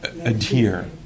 adhere